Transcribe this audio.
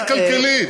אל תקלקלי.